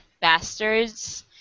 Bastards